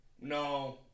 No